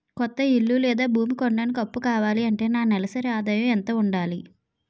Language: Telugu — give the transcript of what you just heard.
కొత్త ఇల్లు లేదా భూమి కొనడానికి అప్పు కావాలి అంటే నా నెలసరి ఆదాయం ఎంత ఉండాలి?